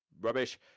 rubbish